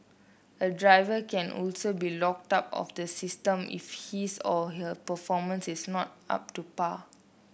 a driver can also be locked out of the system if his or her performance is not up to par